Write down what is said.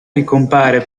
ricompare